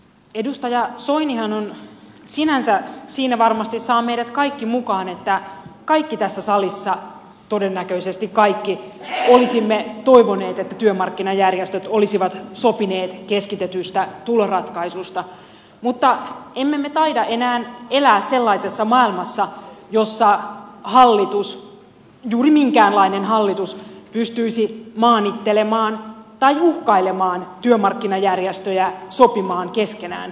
edustaja soinihan sinänsä siinä varmasti saa meidät kaikki mukaan että kaikki tässä salissa todennäköisesti kaikki olisimme toivoneet että työmarkkinajärjestöt olisivat sopineet keskitetystä tuloratkaisusta mutta emme me taida enää elää sellaisessa maailmassa jossa hallitus juuri minkäänlainen hallitus pystyisi maanittelemaan tai uhkailemaan työmarkkinajärjestöjä sopimaan keskenään